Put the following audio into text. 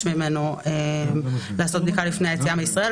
ממנו לעשות בדיקה לפני היציאה מישראל.